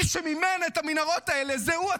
מי שמימן את המנהרות האלה זה הוא עצמו.